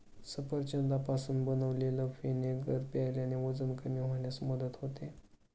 सफरचंदापासून बनवलेले व्हिनेगर प्यायल्याने वजन कमी होण्यास मदत होते